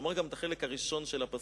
ונאמר גם את החלק הראשון של הפסוק: